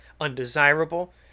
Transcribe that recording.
undesirable